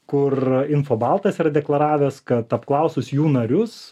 kur info baltas yra deklaravęs kad apklausus jų narius